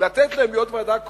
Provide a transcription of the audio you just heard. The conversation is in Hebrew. לתת להם להיות ועדה קרואה,